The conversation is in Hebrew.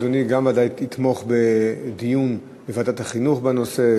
גם אדוני ודאי יתמוך בדיון בוועדת החינוך בנושא,